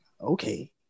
okay